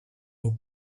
who